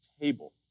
table